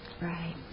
right